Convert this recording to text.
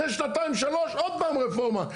אחרי שנתיים שלוש עוד פעם רפורמה.